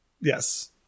Yes